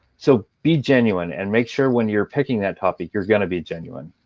so be genuine. and make sure when you're picking that topic, you're going to be genuine.